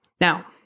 Now